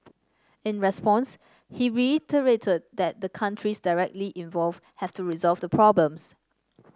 in response he reiterated that the countries directly involved have to resolve the problems